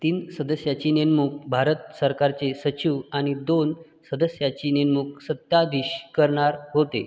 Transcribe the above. तीन सदस्याची नेमणूक भारत सरकारचे सचिव आणि दोन सदस्याची नेममूक सत्ताधीश करणार होते